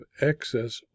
excess